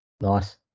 Nice